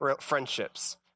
Friendships